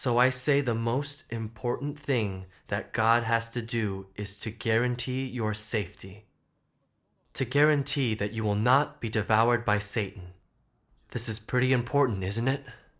so i say the most important thing that god has to do is to guarantee your safety to guarantee that you will not be devoured by satan this is pretty important isn't it